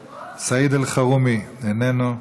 מוותר, סעיד אלחרומי, איננו,